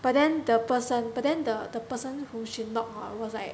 but then the person but then the the person who knocked was like